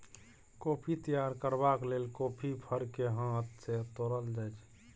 coffee तैयार करबाक लेल कॉफी फर केँ हाथ सँ तोरल जाइ छै